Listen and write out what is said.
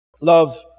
Love